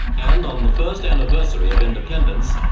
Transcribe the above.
and on the first anniversary of independence,